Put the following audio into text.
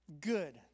good